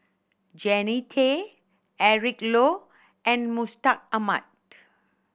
Jannie Tay Eric Low and Mustaq Ahmad